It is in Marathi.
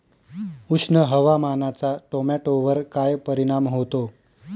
उष्ण हवामानाचा टोमॅटोवर काय परिणाम होतो?